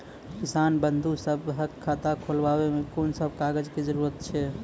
किसान बंधु सभहक खाता खोलाबै मे कून सभ कागजक जरूरत छै?